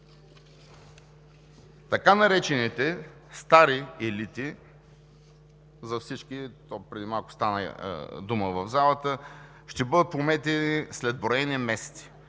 Така наречените „стари елити“, преди малко стана дума в залата, ще бъдат пометени след броени месеци.